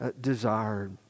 desired